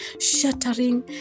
shattering